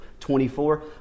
24